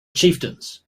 chieftains